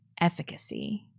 efficacy